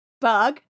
bug